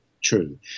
true